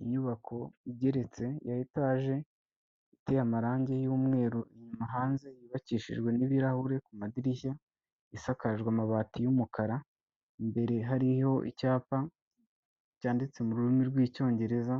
Inyubako igeretse ya etaje iteye amarangi y'umweru inyuma hanze yubakishijwe n'ibirahuri ku madirishya, isakajwe amabati y'umukara, imbere hariho icyapa cyanditse mu rurimi rw'icyongereza